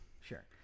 Sure